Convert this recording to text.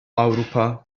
avrupa